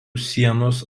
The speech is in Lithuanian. sienos